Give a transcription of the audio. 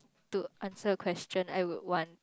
to answer your question I would want